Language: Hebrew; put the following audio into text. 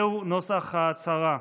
וזהו נוסח ההצהרה: